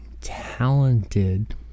talented